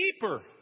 deeper